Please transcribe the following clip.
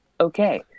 okay